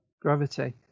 gravity